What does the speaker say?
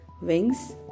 wings